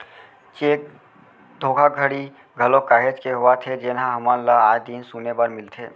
cheque धोखाघड़ी घलोक काहेच के होवत हे जेनहा हमन ल आय दिन सुने बर मिलथे